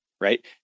right